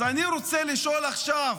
אז אני רוצה לשאול עכשיו: